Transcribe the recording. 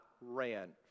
ran